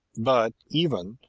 but even,